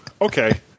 okay